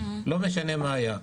לא משנה מה היה.